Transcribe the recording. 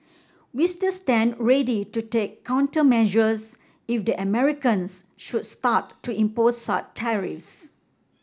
we still stand ready to take countermeasures if the Americans should start to impose such tariffs